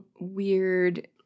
weird